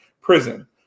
prison